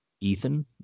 Ethan